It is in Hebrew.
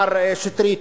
מר שטרית,